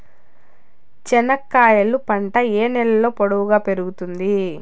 చెనక్కాయలు పంట ఏ నేలలో పొడువుగా పెరుగుతుంది?